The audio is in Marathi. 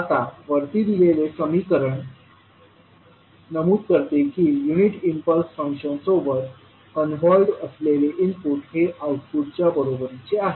आता वरती दिलेले समीकरण नमूद करते की युनिट इम्पुल्स फंक्शन सोबत कॉन्व्हॉल्व्ड असलेले इनपुट हे आउटपुटच्या बरोबरीचे आहे